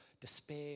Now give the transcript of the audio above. despair